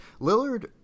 Lillard